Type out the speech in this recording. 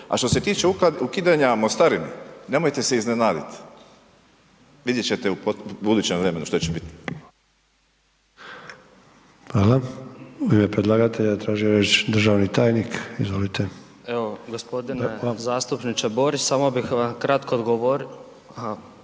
A što se tiče ukidanja mostarine, nemojte se iznenadit. Vidjet ćete u budućem vremenu što će bit. **Sanader, Ante (HDZ)** Hvala. U ime predlagatelja tražio je riječ državni tajnik, izvolite. **Bilaver, Josip (HDZ)** Evo g. zastupniče Borić, samo da vam kratko odgovorim.